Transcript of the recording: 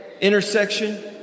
intersection